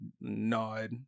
nod